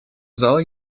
зала